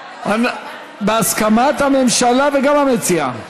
בהסכמת הממשלה וגם המציעה.